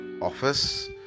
office